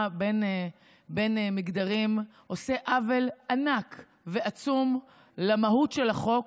בין מגדרים עושה עוול ענק ועצום למהות של החוק